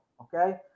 okay